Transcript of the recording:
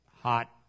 hot